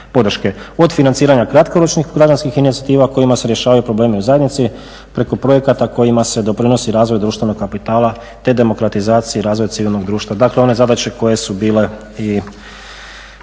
od financiranja kratkoročnih građanskih inicijativa kojima se rješavaju problemi u zajednici preko projekata kojima se doprinosi razvoju društvenog kapitala te demokratizaciji razvoja civilnog društva. Dakle, one zadaće koje su bile i